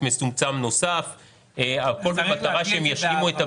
מצומצם נוסף והכול במטרה שהם ישלימו את הבנייה.